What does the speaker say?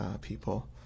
people